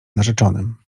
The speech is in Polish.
narzeczonym